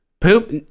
poop